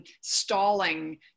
stalling